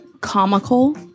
comical